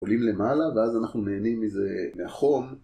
עולים למעלה, ואז אנחנו נהנים מזה מהחום.